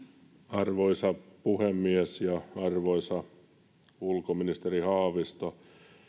arvoisa puhemies arvoisa ulkoministeri haavisto